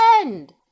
end